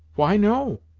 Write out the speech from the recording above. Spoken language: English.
why no?